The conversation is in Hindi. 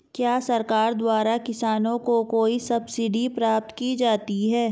क्या सरकार द्वारा किसानों को कोई सब्सिडी प्रदान की जाती है?